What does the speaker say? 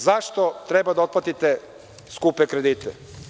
Zašto treba da otplatite skupe kredite?